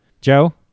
Joe